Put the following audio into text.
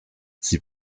sie